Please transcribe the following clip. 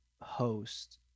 host